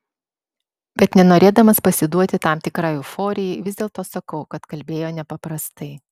bet nenorėdamas pasiduoti tam tikrai euforijai vis dėlto sakau kad kalbėjo nepaprastai